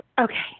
Okay